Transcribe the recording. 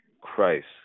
Christ